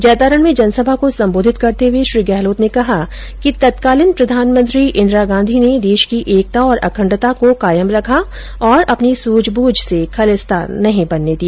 जैतारण में जनसभा को संबोधित करते हुए श्री गहलोत ने कहा कि तत्कालीन प्रधानमंत्री इंदिरा गांधी ने देश की एकता और अखंडता को कायम रखा तथा अपनी सूझ बूझ से खालिस्तान नहीं बनने दिया